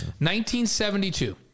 1972